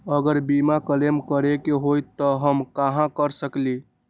अगर बीमा क्लेम करे के होई त हम कहा कर सकेली?